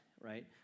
right